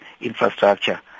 infrastructure